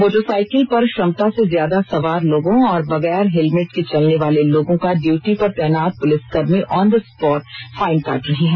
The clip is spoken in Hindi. मोटरसाईकिल पर क्षमता से ज्यादा सवार लोगों और बगैर हेलमेट के चलने वाले लोगों का ड्यूटी पर तैनात पुलिसकर्मी ऑन द स्पॉट फाइन काट रहे हैं